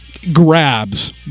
grabs